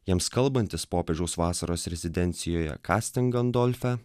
jiems kalbantis popiežiaus vasaros rezidencijoje kastingandolfe